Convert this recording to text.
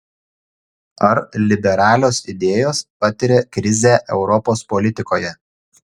ar liberalios idėjos patiria krizę europos politikoje